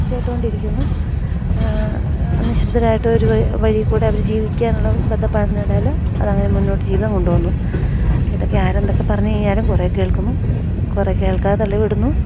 കേട്ടുകൊണ്ടിരിക്കുന്നു നിശബ്ദരായിട്ട് ഒരു വഴിയില്ക്കൂടെ അവര് ജീവിക്കാനുള്ള ബദ്ധപ്പാടിനിടയില് അതങ്ങനെ മുന്നോട്ട് ജീവിതം കൊണ്ടുപോകുന്നു ഇതൊക്കെ ആരെന്തൊക്കെ പറഞ്ഞുകഴിഞ്ഞാലും കുറെ കേൾക്കുന്നു കുറെ കേൾക്കാതെ തള്ളിവിടുന്നു